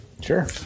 Sure